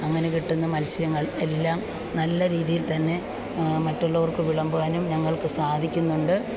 അങ്ങനെ കിട്ടുന്ന മത്സ്യങ്ങൾ എല്ലാം നല്ല രീതിയിൽ തന്നെ മറ്റുള്ളവർക്ക് വിളമ്പുവാനും ഞങ്ങൾക്ക് സാധിക്കുന്നുണ്ട്